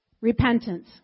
Repentance